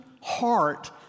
heart